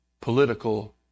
political